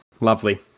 Lovely